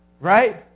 right